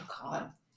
god